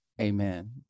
Amen